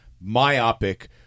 myopic